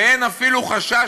ואין אפילו חשש,